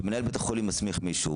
שמנהל בית החולים הסמיך מישהו,